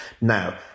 Now